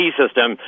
system